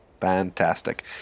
Fantastic